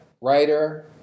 writer